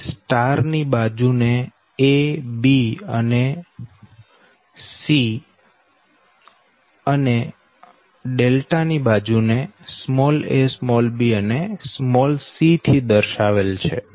અહી સ્ટાર ની બાજુ ને A B અને C થી અને ડેલ્ટા ની બાજુ ને a b અને c થી દર્શાવેલ છે